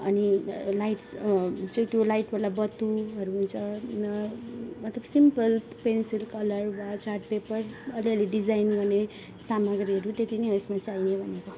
अनि लाइट्स चेप्टो लाइटवाला बत्तुहरू हुन्छ मतलब सिम्पल पेन्सिल कलर वा चार्ट पेपर अलिअलि डिजाइन गर्ने सामाग्रीहरू त्यति नै हो यसमा चाहिने भनेको